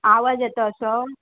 आवाज येता असो